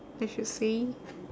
I should say